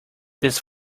this